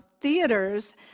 theaters